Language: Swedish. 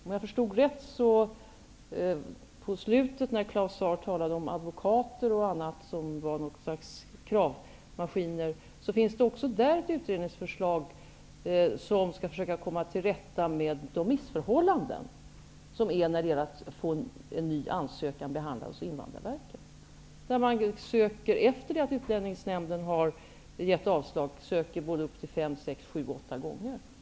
Om jag förstod Claus Zaar rätt talade han på slutet om t.ex. advokater som ett slags kravmaskiner. Det finns ett utredningsförslag som skall försöka komma till rätta med de missförhållanden som finns när det gäller att få en ny ansökan behandlad hos Invandrarverket. Efter det att Utlänningsnämnden har givit avslag söker man både fem, sex, sju och åtta gånger.